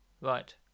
Right